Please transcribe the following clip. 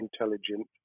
intelligent